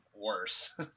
worse